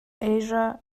asia